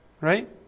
right